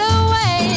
away